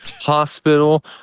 hospital